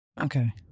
Okay